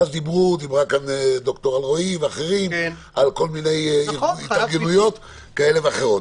ואז דיברה כאן ד"ר אלרעי ואחרים על כל מיני התארגנויות כאלה ואחרות,